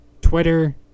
Twitter